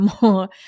more